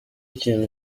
kintu